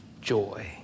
joy